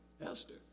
Esther